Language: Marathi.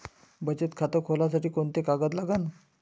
बचत खात खोलासाठी कोंते कागद लागन?